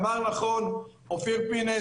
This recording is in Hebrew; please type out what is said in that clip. אמר נכון השר לשעבר אופיר פינס,